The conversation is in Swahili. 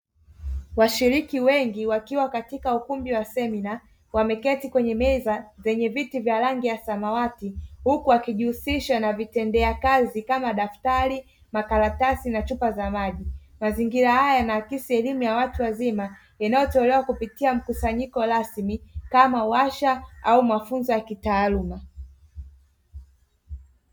Washiriki wengi wakiwa katika ukumbi wa semina, wameketi kwenye meza zenye viti vya rangi ya samawati huku wakijihusisha na vitendea kazi kama daftari, makaratasi na chupa za maji. Mazingira haya yanaakisi elimu ya watu wazima yanayotolewa kupitia mkusanyiko rasmi kama washa au mafunzo ya kitaaluma.